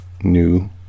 new